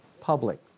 public